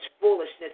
foolishness